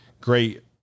great